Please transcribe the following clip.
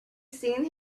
seen